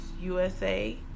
USA